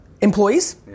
Employees